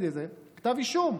כתב אישום.